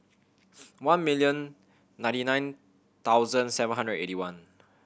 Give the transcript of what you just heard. one million ninety nine thousand seven hundred eighty one